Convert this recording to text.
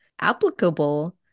applicable